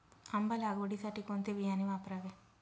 आंबा लागवडीसाठी कोणते बियाणे वापरावे?